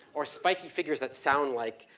or spiky figures that sound like,